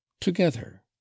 together